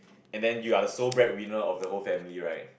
and then you are the sole bread winner of the whole family right